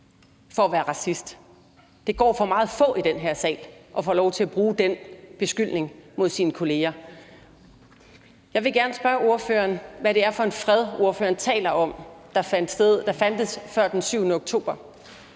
for at være racist. Det går an for meget få i den her sal at bruge den beskyldning mod sine kolleger. Jeg vil gerne spørge ordføreren om, hvad det er for en fred, ordføreren taler om fandtes før den 7. oktober.